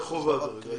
זו חובה כרגע.